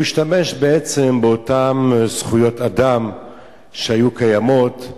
הוא השתמש בעצם באותן זכויות אדם שהיו קיימות,